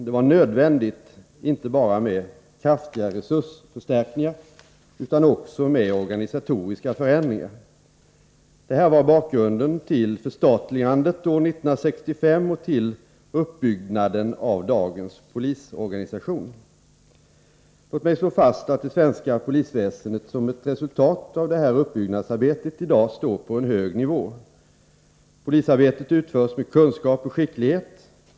Det var nödvändigt att göra intecbara kraftiga ccesursförstärkningar utan också; organisatoriska föränd 2 [Låt mig; islåcfast attidet svenska, polisväsendet.somcettiresultat av detta utbyggnadsarbete idagstår.på; en hög nivå: Polisarbetet utförs med kunskap ockhskicklighet.